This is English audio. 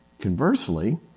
Conversely